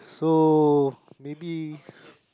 so maybe